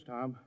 Tom